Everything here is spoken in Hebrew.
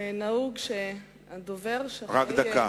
נהוג שהדובר, רק דקה,